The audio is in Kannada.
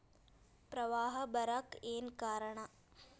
ಪ್ರವಾಹ ಬರಾಕ್ ಏನ್ ಕಾರಣ?